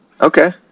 Okay